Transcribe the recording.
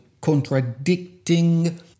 contradicting